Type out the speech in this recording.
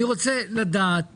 אני רוצה לדעת